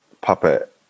Puppet